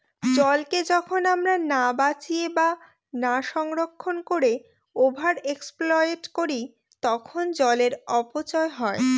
জলকে যখন আমরা না বাঁচিয়ে বা না সংরক্ষণ করে ওভার এক্সপ্লইট করি তখন জলের অপচয় হয়